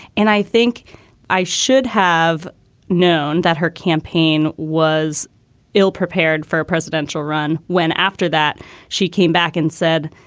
and i think i should have known that her campaign was ill prepared for a presidential run when after that she came back and said,